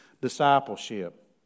discipleship